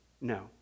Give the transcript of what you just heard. No